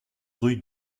rue